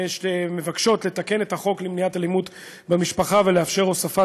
שמבקשות לתקן את החוק למניעת אלימות במשפחה ולאפשר הוספת